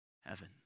Heaven